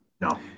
No